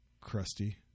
Crusty